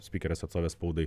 spykerės atstovės spaudai